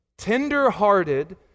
tender-hearted